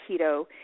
keto